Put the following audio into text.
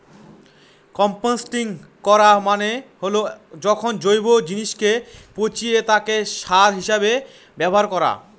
composting করা মানে হল যখন জৈব জিনিসকে পচিয়ে তাকে সার হিসেবে ব্যবহার করা